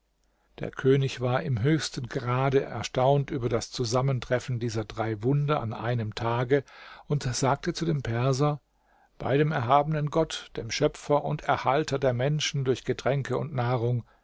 der könig war im höchsten grade erstaunt über das zusammentreffen dieser drei wunder an einem tage und sagte zu dem perser bei dem erhabenen gott dem schöpfer und erhalter der menschen durch getränke und nahrung